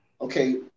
Okay